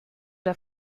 der